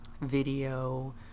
video